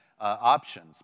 options